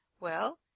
Well